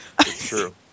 True